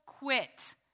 Quit